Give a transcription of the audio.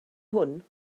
hwn